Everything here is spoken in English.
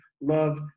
love